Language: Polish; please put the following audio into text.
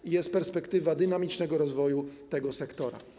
I jest perspektywa dynamicznego rozwoju tego sektora.